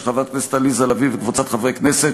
של חברת הכנסת עליזה לביא וקבוצת חברי הכנסת,